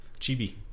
Chibi